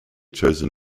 chosen